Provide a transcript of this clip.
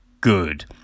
good